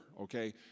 okay